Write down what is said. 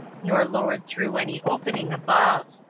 nor lowered through any opening above.